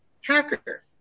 hacker